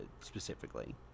specifically